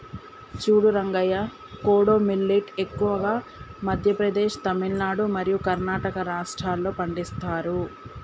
సూడు రంగయ్య కోడో మిల్లేట్ ఎక్కువగా మధ్య ప్రదేశ్, తమిలనాడు మరియు కర్ణాటక రాష్ట్రాల్లో పండిస్తారు